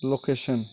location